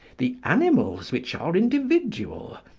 the animals which are individual,